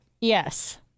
Yes